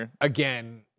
again